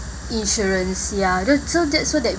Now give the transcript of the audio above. insurance ya th~ so so that